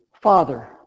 Father